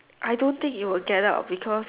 I don't think it will get out because